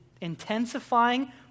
intensifying